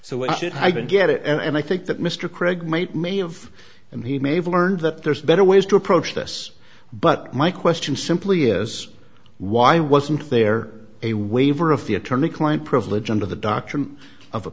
so why should i get it and i think that mr craig made many of them he may have learned that there's better ways to approach this but my question simply is why wasn't there a waiver of the attorney client privilege under the doctrine of a